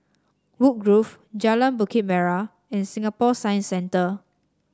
Woodgrove Jalan Bukit Merah and Singapore Science Centre